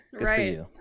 right